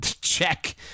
check